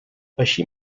així